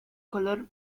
color